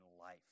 life